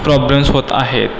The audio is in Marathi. प्रॉब्लेम्स होत आहेत